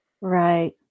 Right